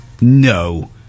No